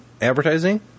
advertising